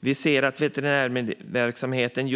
Det är viktigt att veterinärverksamheten